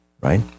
right